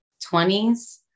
20s